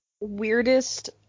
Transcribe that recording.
weirdest